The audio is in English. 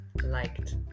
liked